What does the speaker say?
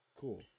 cool